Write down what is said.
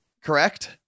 Correct